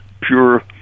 pure